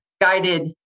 guided